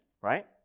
right